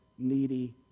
needy